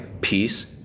peace